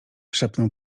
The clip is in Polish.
szepnął